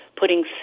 putting